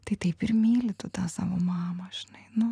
tai taip ir myli tu tą savo mamą žinai nu